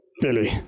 Billy